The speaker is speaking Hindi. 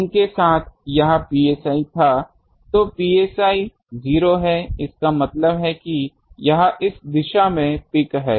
तो psi 0 है इसका मतलब है कि यह इस दिशा में पीक है